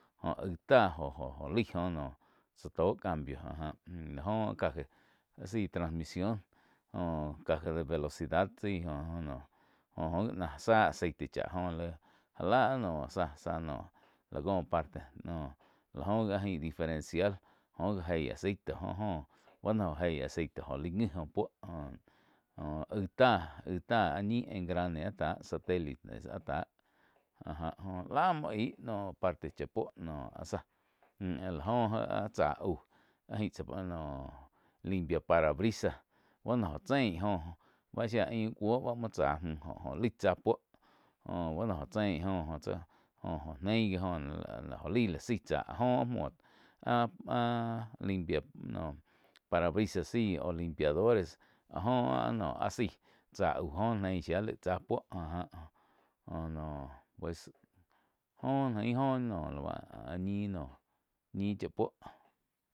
Jó aig táh jo-jo jo laig jo noh tsá tó cambio áh ja lá jo áh caja áh zaí trasmision joh caja de velocidad zái joh no joh jo gi ná zá aceite chá áh jo laí já la noh záh-záh noh lá có parte noh la jo gi áh jain diferencial óh ji jei aceite oh jó bá no jo jei aceite jó laig ngi oh puo óh, óh aih táh aí táh áh ñi engrane áh tah satélites áh táh áh ja joh láh muo aig noh parte chá puó noh áh záh mú áh la joh áh tsá aú áh gain tsá noh. Limpia parabrisa buo noh gó chein áh joh bá shía aiun cuó muo tsá mü joh óh laig tsá puo joh buo no jo cheín áh joh óh tsi jo óh neih gi jo laig la zaí tsá áh jo áh muo ah-ah limpia noh parabrisa zaí o limpiadores áh jo áh zaig tsáh aú joh nein shía laig tsá puo áh já, joh noh pues joh ain oh la bá áh ñi noh ñi chá puó.